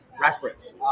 reference